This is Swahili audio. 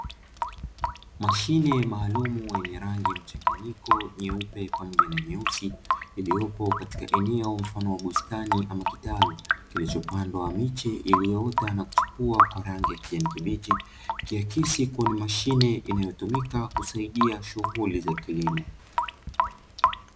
Mashine maalumu yenye rangi mchanganyiko nyeupe pamoja na nyeusi, iliyopo katika eneo mfano wa bustani ama kitalu, kikichopandwa miche iliyoota na kuchipua kwa rangi ya kijani kibichi, ikiakisi kuwa ni mashine inayotumika kusaidia shughuli za kilimo.